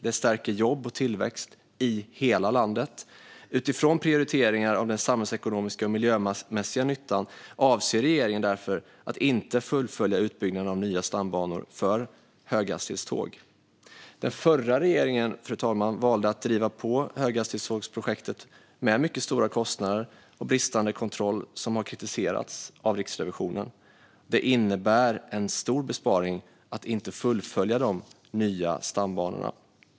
Det stärker jobb och tillväxt i hela landet. Utifrån prioriteringar av den samhällsekonomiska och miljömässiga nyttan avser regeringen därför att inte fullfölja utbyggnaden av nya stambanor för höghastighetståg. Fru talman! Den förra regeringen valde att driva på höghastighetstågprojektet med mycket stora kostnader och bristande kontroll, något som har kritiserats av Riksrevisionen. Det innebär en stor besparing att inte fullfölja de nya stambanorna.